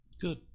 good